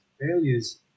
Failures